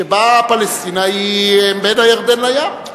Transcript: שבה פלסטינה היא בין הירדן לים.